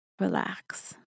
relax